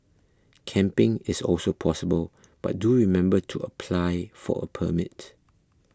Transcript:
camping is also possible but do remember to apply for a permit